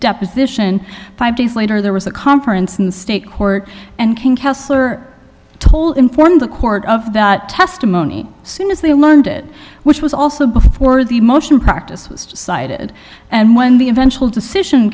deposition five days later there was a conference in state court and kessler told informed the court of the testimony soon as they learned it which was also before the motion practice was decided and when the eventual decision